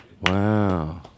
Wow